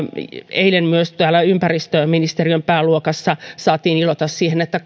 eilen täällä myös ympäristöministeriön pääluokassa saatiin iloita siitä että